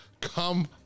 come